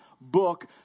book